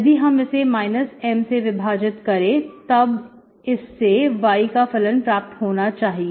यदि हम इसे M से विभाजित करें तब इससे Y का फलन प्राप्त होना चाहिए